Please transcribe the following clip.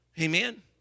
Amen